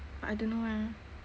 but I don't know lah